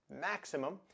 maximum